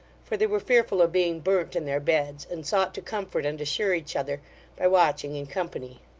for they were fearful of being burnt in their beds, and sought to comfort and assure each other by watching in company.